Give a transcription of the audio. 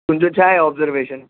तुंहिंजो छाहे ऑब्ज़रवेशन